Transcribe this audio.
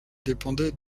dépendaient